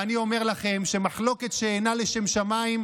אני אומר לכם שמחלוקת שאינה לשם שמיים,